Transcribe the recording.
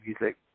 music